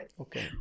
okay